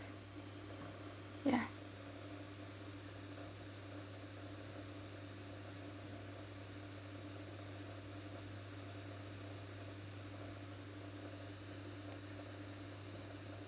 ya